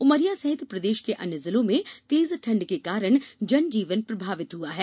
उमरिया सहित प्रदेश के अन्य जिलों में तेज ठंड के कारण जनजीवन प्रभावित हुआ है